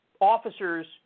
officers